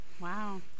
Wow